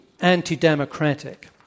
anti-democratic